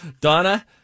Donna